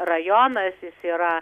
rajonas jis yra